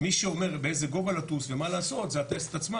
מי שאומר באיזה גובה לטוס ומה לעשות זה הטייסת עצמה